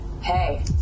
hey